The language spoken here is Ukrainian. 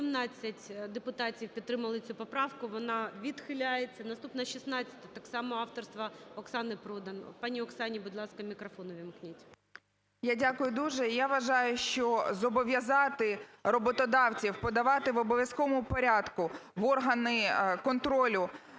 118 депутатів підтримали цю поправку, вона відхиляється. Наступна 16-а так само авторства Оксани Продан. Пані Оксані, будь ласка, мікрофон увімкніть. 16:46:54 ПРОДАН О.П. Я дякую дуже. І я вважаю, що зобов'язати роботодавців подавати в обов'язковому порядку в органи контролю